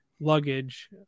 Luggage